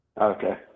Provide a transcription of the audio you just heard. Okay